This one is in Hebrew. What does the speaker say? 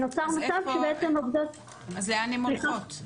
אז לאן הן הולכות?